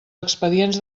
expedients